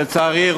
לצערי,